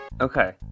Okay